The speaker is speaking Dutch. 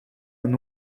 een